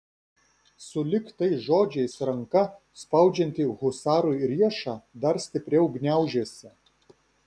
sulig tais žodžiais ranka spaudžianti husarui riešą dar stipriau gniaužėsi